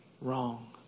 wrong